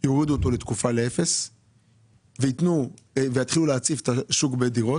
יורידו אותו לתקופה לאפס ויתחילו להציף את השוק בדירות.